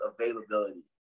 availability